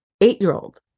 eight-year-old